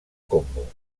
congo